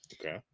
Okay